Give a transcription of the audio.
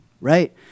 right